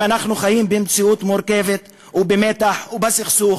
אם אנחנו חיים במציאות מורכבת ובמתח ובסכסוך,